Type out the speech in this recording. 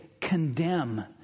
condemn